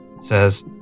says